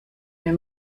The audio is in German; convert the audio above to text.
wir